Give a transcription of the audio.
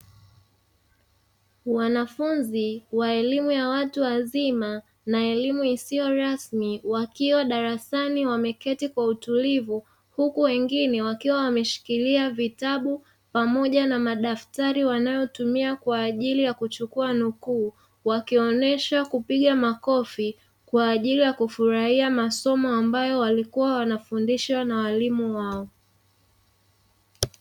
Wanafunzi wa elimu ya watu wazima na elimu isiyo rasmi wakiwa darasani wameketi kwa utulivu, huku wengine wakiwa wameshikilia vitabu pamoja na madaftari wanayotumia kwa ajili ya kuchukua nukuu, wakionyesha kupiga makofi kwa ajili ya kufurahia masomo ambayo walikuwa wanafundishwa na walimu wao.